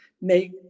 make